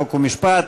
חוק ומשפט.